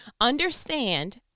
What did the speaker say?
Understand